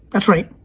that's right,